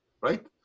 right